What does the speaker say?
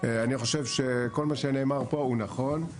אני חושב שכל מה שנאמר פה הוא נכון,